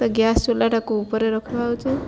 ତ ଗ୍ୟାସ ଚୁଲାଟାକୁ ଉପରେ ରଖିବା ହେଉଛି